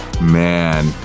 man